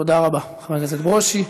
תודה רבה, חבר הכנסת ברושי.